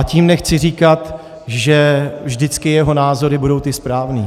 A tím nechci říkat, že vždycky jeho názory budou ty správné.